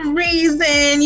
reason